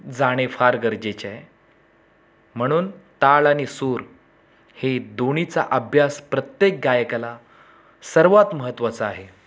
जाणे फार गरजेचे आहे म्हणून ताल आणि सूर हे दोन्हीचा अभ्यास प्रत्येक गायकाला सर्वात महत्वाचा आहे